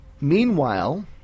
meanwhile